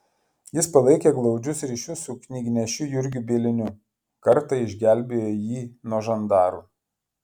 jis palaikė glaudžius ryšius su knygnešiu jurgiu bieliniu kartą išgelbėjo jį nuo žandaru